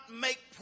make